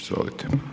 Izvolite.